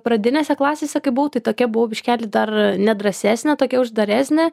pradinėse klasėse kaip būti tokia buvo biškeli dar nedrąsesnė tokia uždaresnė